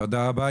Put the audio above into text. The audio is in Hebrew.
תודה רבה.